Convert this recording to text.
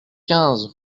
quinze